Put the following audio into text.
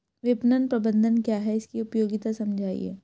विपणन प्रबंधन क्या है इसकी उपयोगिता समझाइए?